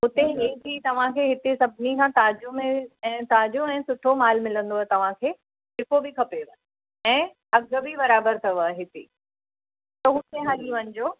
हुते हेठि ई तव्हांखे हिते सभिनी खां ताज़ो में ऐं ताज़ो ऐं सुठो मालु मिलंदो तव्हांखे जेको बि खपेव ऐं अघु बि बराबरु अथव हिते पोइ हुते हली वञिजो